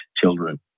children